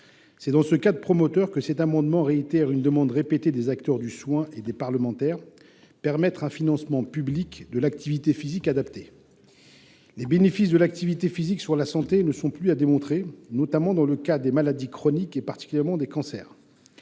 Dans ce cadre prometteur, les auteurs de cet amendement réitèrent une demande répétée des acteurs du secteur du soin et des parlementaires : permettre un financement public de l’activité physique adaptée. En effet, les bénéfices de l’activité physique sur la santé ne sont plus à démontrer, notamment dans le cas des maladies chroniques et particulièrement des cancers.